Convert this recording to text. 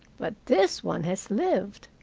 but this one has lived.